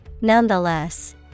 Nonetheless